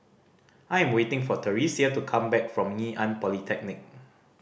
I am waiting for Theresia to come back from Ngee Ann Polytechnic